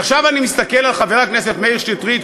ועכשיו אני מסתכל על חבר הכנסת מאיר שטרית,